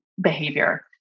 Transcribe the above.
behavior